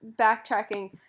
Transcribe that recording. backtracking